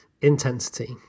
intensity